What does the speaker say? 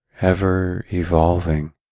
ever-evolving